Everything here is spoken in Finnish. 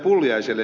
pulliaiselle